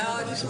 כן.